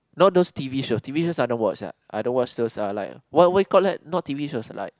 you know those t_v show t_v show I don't watch ah I don't watch those uh like what what you call that not t_v shows like